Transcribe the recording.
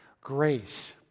grace